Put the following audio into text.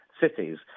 cities